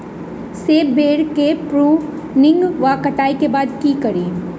सेब बेर केँ प्रूनिंग वा कटाई केँ बाद की करि?